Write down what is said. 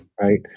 right